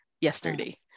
yesterday